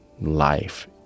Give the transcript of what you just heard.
life